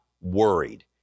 worried